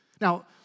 Now